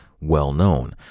well-known